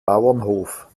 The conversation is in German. bauernhof